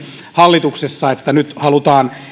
hallituksessa siihen että nyt halutaan